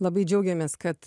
labai džiaugiamės kad